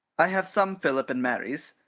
i have some philip and maries.